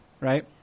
right